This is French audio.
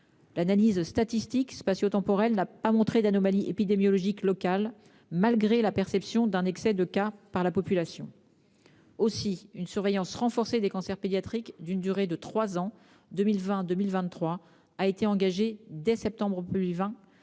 L'analyse statistique spatiotemporelle n'a pas montré d'anomalie épidémiologique locale, malgré la perception d'un excès de cas par la population. Aussi, une surveillance renforcée des cancers pédiatriques d'une durée de trois ans, soit entre 2020 et 2023, a été engagée dès le mois de